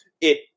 It-